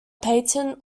patent